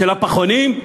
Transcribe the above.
של הפחונים?